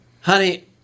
Honey